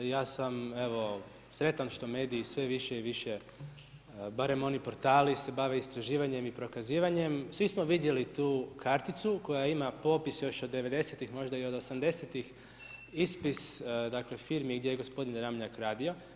I ja sam sretan što mediji sve više i više, barem oni portali se bave istraživanjem i prokazivanjem, svi smo vidjeli tu karticu, koja ima popis još od '90. možda i '80. ispis firmi gdje je gospodin Ramljak radio.